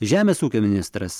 žemės ūkio ministras